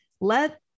Let